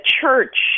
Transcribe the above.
church